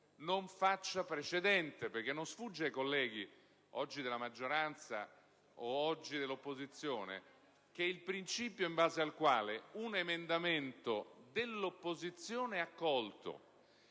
non faccia precedente, perché non sfugge ai colleghi, oggi della maggioranza o dell'opposizione che, se si stabilisce il principio in base al quale un emendamento dell'opposizione, accolto